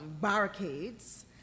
barricades